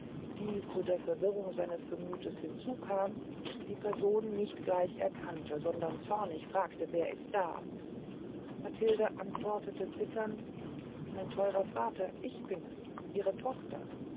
die zu der verwirrung seines gemüths hinzukam die person nicht gleich erkannte sondern zornig fragte wer ist da matilde antwortete zitternd mein theurer vater ich bin es ihre tochter